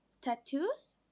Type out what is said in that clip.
tattoos